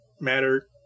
matter